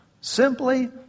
simply